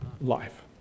life